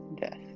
death